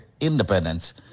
independence